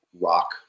rock